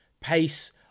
pace